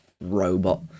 robot